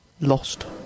lost